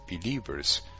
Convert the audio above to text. believers